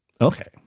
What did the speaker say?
Okay